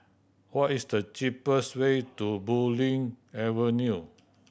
what is the cheapest way to Bulim Avenue